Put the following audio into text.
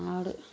اور